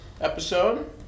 episode